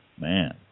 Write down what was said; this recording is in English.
man